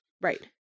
Right